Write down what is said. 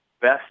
best